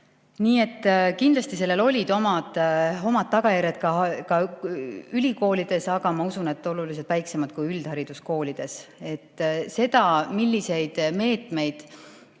Nii et kindlasti sellel olid oma tagajärjed ka ülikoolides, aga ma usun, et need olid oluliselt väiksemad kui üldhariduskoolides. Sellega, milliseid meetmeid